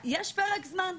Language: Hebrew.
יש פרק זמן.